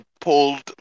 pulled